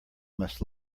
must